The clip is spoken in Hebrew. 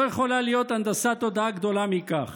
לא יכולה להיות הנדסת תודעה גדולה מכך.